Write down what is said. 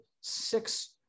six